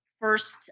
first